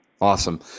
Awesome